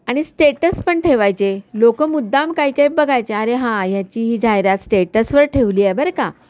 आणि स्टेटस पण ठेवायचे लोकं मुद्दाम काही काही बघायचे अरे हां ह्याची ही जाहिरात स्टेटसवर ठेवली आहे बरं का